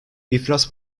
iflas